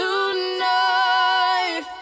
Tonight